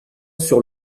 sur